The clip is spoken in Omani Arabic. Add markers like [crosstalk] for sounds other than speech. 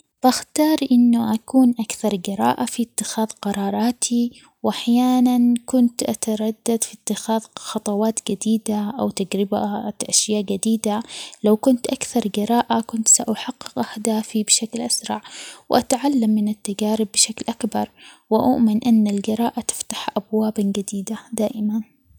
بختار [hesitation] يكون عمري ثلاثين سنة هذا العمر هو الوقت اللي يكون الواحد فيه مستقر بحياته عنده خبرة وفهم أكبر للدنيا بعد الصحة تكون جيدة والطاقات موجودة يعني أقدر أسوي أشياء كثيرة وعشت تجارب كافية وأستعد لاكتشاف المزيد. بحس إنو في هذا العمر أقدر أوازن بين العمل والاستمتاع بالحياة.